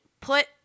put –